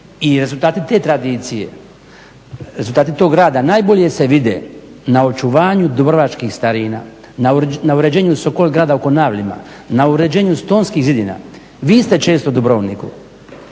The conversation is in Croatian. i rezultati te tradicije, rezultati toga rada najbolje se vide na očuvanju dubrovačkih starina, na uređenju Sokol grada u Konavlima, na uređenju Stonskih zidina. Vi ste često u Dubrovniku,